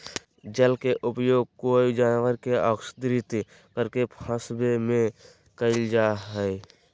जल के उपयोग कोय जानवर के अक्स्र्दित करके फंसवे में कयल जा हइ